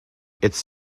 its